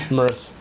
mirth